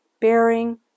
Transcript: bearing